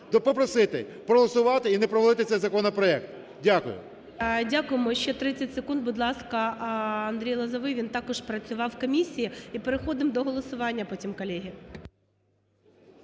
попросити проголосувати і не провалити цей законопроект. Дякую. ГОЛОВУЮЧИЙ. Дякуємо. Ще 30 секунд, будь ласка, Андрій Лозовий, він також працював в комісії і переходимо до голосування потім, колеги.